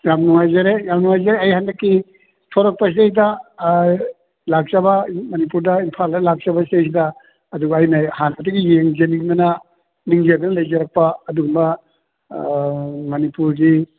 ꯌꯥꯝ ꯅꯨꯡꯉꯥꯏꯖꯔꯦ ꯌꯥꯝ ꯅꯨꯡꯉꯥꯏꯖꯔꯦ ꯑꯩ ꯍꯟꯗꯛꯀꯤ ꯊꯣꯔꯣꯛꯄꯁꯤꯗꯩꯗ ꯂꯥꯛꯆꯕ ꯃꯅꯤꯄꯨꯔꯗ ꯏꯝꯐꯥꯜꯗ ꯂꯥꯛꯆꯕꯁꯤꯗꯩꯗ ꯑꯗꯨꯒ ꯑꯩꯅ ꯖꯥꯟꯅꯗꯒꯤ ꯌꯦꯡꯖꯅꯤꯡꯗꯅ ꯅꯤꯡꯖꯔꯒ ꯂꯩꯔꯛꯄ ꯑꯗꯨꯝꯕ ꯃꯅꯤꯄꯨꯔꯒꯤ